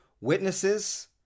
witnesses